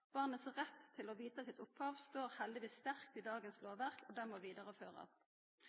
Barnets rett til å kjenna sitt opphav står heldigvis sterkt i dagens lovverk. Det må